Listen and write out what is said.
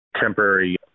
temporary